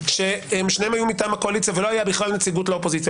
ושניהם היו מטעם הקואליציה ולא הייתה נציגות לאופוזיציה.